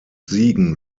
siegen